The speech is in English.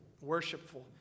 worshipful